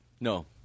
No